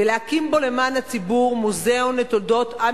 ולהקים בו למען הציבור מוזיאון לתולדות עם